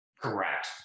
Correct